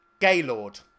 Gaylord